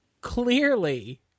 Clearly